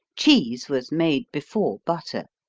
cheese was made before butter,